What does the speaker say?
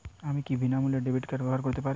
আমি কি বিনামূল্যে ডেবিট কার্ড ব্যাবহার করতে পারি?